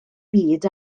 byd